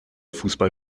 fußball